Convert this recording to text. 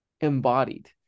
embodied